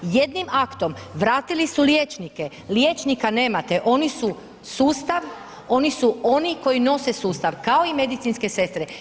Jednim aktom vratili su liječnike, liječnika nemate, oni su sustav, oni su oni koji nose sustav kao i medicinske sestre.